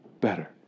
better